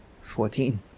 Fourteen